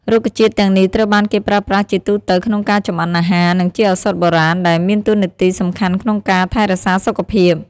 រុក្ខជាតិ ទាំងនេះ ត្រូវបានគេប្រើប្រាស់ជាទូទៅក្នុងការចម្អិនអាហារ និងជាឱសថបុរាណ ដែលមានតួនាទីសំខាន់ក្នុងការថែរក្សាសុខភាព។